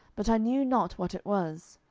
but i knew not what it was.